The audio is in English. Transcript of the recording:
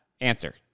answer